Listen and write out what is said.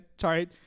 sorry